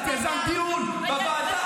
את יזמת דיון בוועדה.